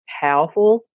powerful